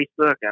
Facebook